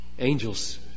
Angels